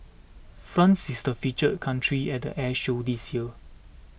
France is the feature country at the air show this year